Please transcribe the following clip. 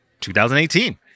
2018